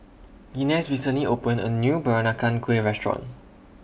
Inez recently opened A New Peranakan Kueh Restaurant